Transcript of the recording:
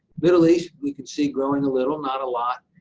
middle east we can see growing a little, not a lot.